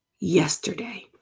yesterday